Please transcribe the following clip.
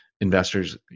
Investors